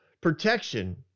protection